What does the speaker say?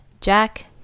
Jack